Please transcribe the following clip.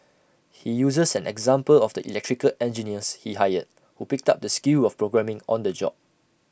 he uses an example of the electrical engineers he hired who picked up the skill of programming on the job